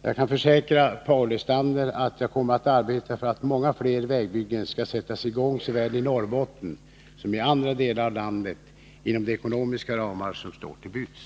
Jag kan försäkra Paul Lestander att jag kommer att arbeta för att många fler vägbyggen skall sättas i gång såväl i Norrbotten som i andra delar av landet — inom de ekonomiska ramar som står till buds.